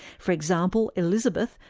for example, elizabeth,